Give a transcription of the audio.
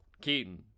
Keaton